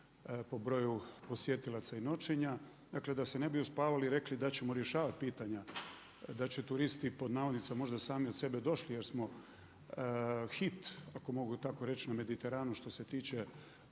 po broju posjetilaca i noćenja, dakle da se ne uspavali i rekli da ćemo rješavati pitanja, da će turisti „možda sami od sebe došli“ jer smo hit ako mogu tako reći na Mediteranu što se tiče